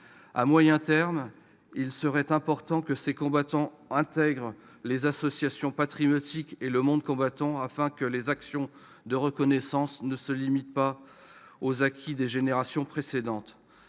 À moyen terme, il serait important que ces combattants intègrent les associations patriotiques et le monde combattant, afin que les actions de reconnaissance ne se limitent pas aux acquis des générations précédentes.